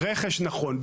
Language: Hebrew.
רכש נכון,